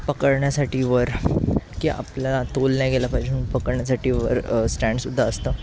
पकडण्यासाठी वर की आपला तोल नाही गेला पाहिजे म्हणून पकडण्यासाठी वर स्टॅण्डसुद्धा असतं